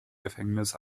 gefängnis